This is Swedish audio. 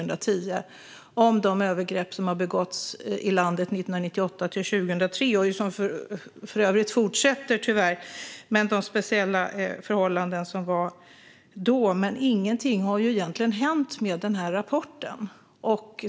Den handlar om de övergrepp som begicks i landet under perioden 1998-2003, under de speciella förhållanden som rådde då - övergrepp som för övrigt tyvärr fortsätter. Men ingenting har egentligen hänt med den här rapporten.